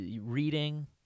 reading